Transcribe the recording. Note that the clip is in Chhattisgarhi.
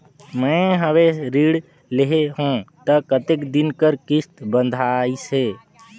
मैं हवे ऋण लेहे हों त कतेक दिन कर किस्त बंधाइस हे?